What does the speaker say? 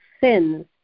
sins